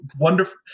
wonderful